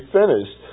finished